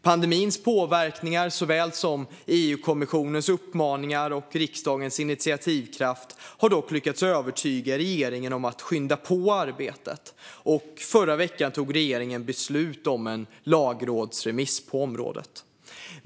Pandemins påverkan såväl som EU-kommissionens uppmaningar och riksdagens initiativkraft har dock lyckats övertyga regeringen om att skynda på arbetet. Förra veckan tog regeringen beslut om en lagrådsremiss på området.